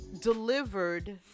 delivered